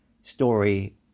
story